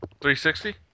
360